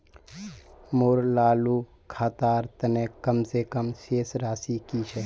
मोर चालू खातार तने कम से कम शेष राशि कि छे?